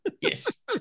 Yes